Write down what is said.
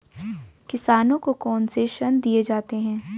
किसानों को कौन से ऋण दिए जाते हैं?